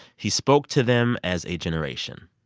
he spoke to them as a generation.